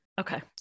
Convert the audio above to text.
Okay